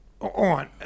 on